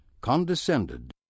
condescended